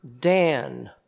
Dan